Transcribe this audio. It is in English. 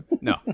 no